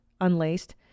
unlaced